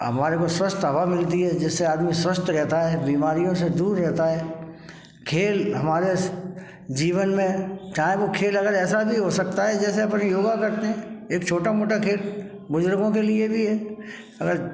हमारे को स्वस्थ हवा मिलती है जिससे आदमी स्वस्थ रहता है बीमारियों से दूर रहता है खेल हमारे जीवन में चाहे वो खेल अगर ऐसा भी हो सकता है जैसे अपन योगा करते हैं एक छोटा मोटा खेल बुजुर्गों के लिए भी है अगर